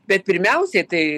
bet pirmiausiai tai